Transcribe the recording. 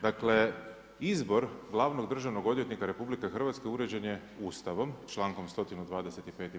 Dakle, izbor Glavnog državnog odvjetnika RH, uređen je Ustavom, čl. 125.